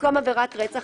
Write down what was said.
במקום "עבירת רצח,